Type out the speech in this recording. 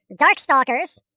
Darkstalkers